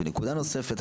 נקודה נוספת.